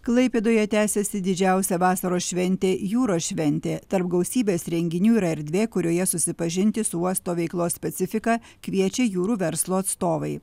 klaipėdoje tęsiasi didžiausia vasaros šventė jūros šventė tarp gausybės renginių yra erdvė kurioje susipažinti su uosto veiklos specifika kviečia jūrų verslo atstovai